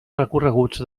recorreguts